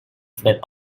fleet